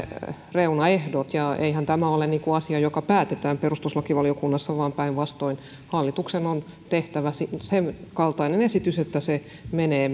reunaehdot ja eihän tämä ole asia joka päätetään perustuslakivaliokunnassa vaan päinvastoin hallituksen on tehtävä senkaltainen esitys että se menee